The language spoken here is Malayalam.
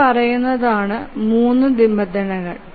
ഇവയാണ് മൂന്ന് നിബന്ധനകൾ